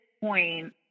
point